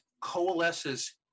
coalesces